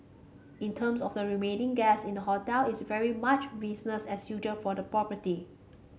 in terms of the remaining guests in the hotel it's very much business as usual for the property